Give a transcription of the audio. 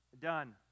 done